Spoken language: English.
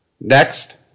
Next